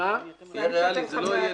תהיה ריאלי, זה לא יהיה.